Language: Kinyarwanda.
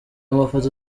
amafoto